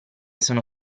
sono